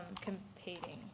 competing